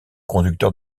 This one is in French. conducteur